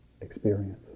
experience